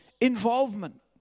involvement